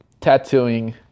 tattooing